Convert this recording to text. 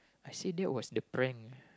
I said that was the prank